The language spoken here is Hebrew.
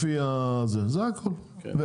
לפי ---,